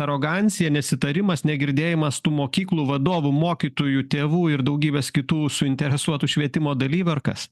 arogancija nesitarimas negirdėjimas tų mokyklų vadovų mokytojų tėvų ir daugybės kitų suinteresuotų švietimo dalyvių ar kas